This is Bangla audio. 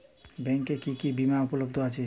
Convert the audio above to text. ব্যাংকে কি কি বিমা উপলব্ধ আছে?